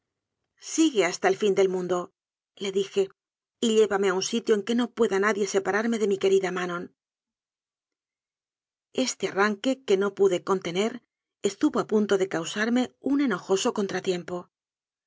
sigue hasta el fin del mundole dije y llévame a un sitio en que no pueda nadie separarme de mi querida manon este arranque que no pude contener estuvo a punto de causarme un enojoso contratiempo